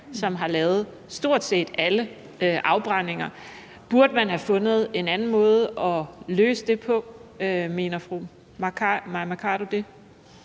som har lavet stort set alle afbrændinger. Burde man have fundet en anden måde at løse det på? Mener fru Mai Mercado det?